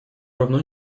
равно